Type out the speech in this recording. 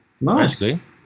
Nice